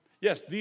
Yes